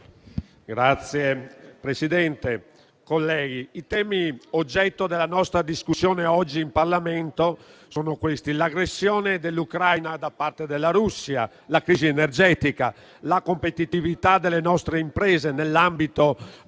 i temi oggetto della nostra discussione oggi in Parlamento sono l'aggressione dell'Ucraina da parte della Russia, la crisi energetica, la competitività delle nostre imprese nell'ambito del